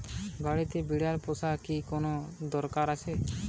বাড়িতে বিড়াল পোষার কি কোন দরকার আছে?